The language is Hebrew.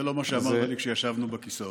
זה לא מה שאמרת לי כשישבנו בכיסאות.